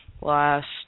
Last